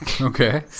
Okay